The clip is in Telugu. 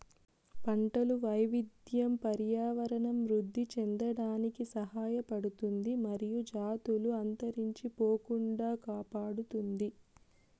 పంటల వైవిధ్యం పర్యావరణం వృద్ధి చెందడానికి సహాయపడుతుంది మరియు జాతులు అంతరించిపోకుండా కాపాడుతుంది